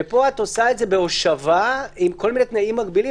ופה את עושה את זה בהושבה עם כל מיני תנאים מגבילים.